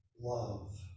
love